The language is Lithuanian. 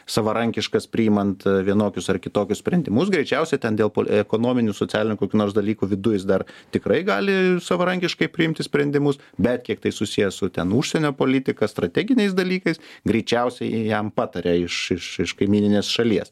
savarankiškas priimant vienokius ar kitokius sprendimus greičiausiai ten dėl ekonominių socialinių kokių nors dalykų viduj jis dar tikrai gali savarankiškai priimti sprendimus bet kiek tai susiję su ten užsienio politika strateginiais dalykais greičiausiai jam pataria iš iš iš kaimyninės šalies